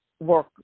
work